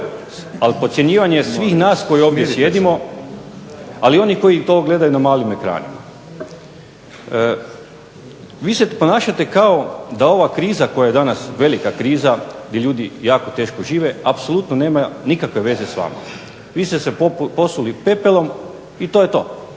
Molim vas, smirite se./ …… ali i onih koji to gledaju na malim ekranima. Vi se ponašate kao da ova kriza koja je danas velika kriza, gdje ljudi jako teško žive, apsolutno nema nikakve veze s vama. Vi ste se posuli pepelom i to je to.